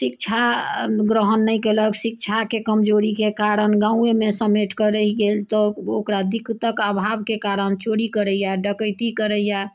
शिक्षा ग्रहण नहि केलक शिक्षाके कमजोरीके कारण गाँवेमे समेटिके रहि गेल तऽ ओकरा दिक्कत अभावके कारण चोरी करैया डकैती करैया